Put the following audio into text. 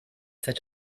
such